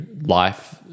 life